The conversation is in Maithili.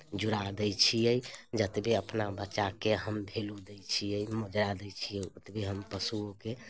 जुड़ा दैत छियै जतबे हम अपना बच्चाकेँ भेल्यु दैत छियै मोजरा दैत छियै ओतबे हम पशुओके